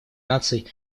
наций